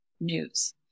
news